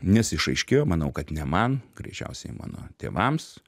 nes išaiškėjo manau kad ne man greičiausiai mano tėvams